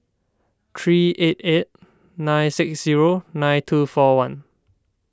three eight eight nine six zero nine two four one